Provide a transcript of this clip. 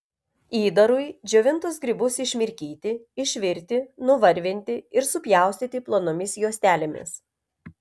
įdarui džiovintus grybus išmirkyti išvirti nuvarvinti ir supjaustyti plonomis juostelėmis